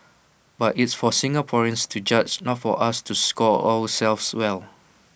but it's for Singaporeans to judge not for us to score ourselves well